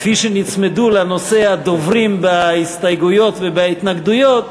כפי שנצמדו לנושא הדוברים בהסתייגויות ובהתנגדויות,